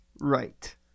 right